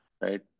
Right